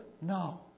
No